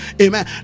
amen